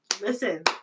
Listen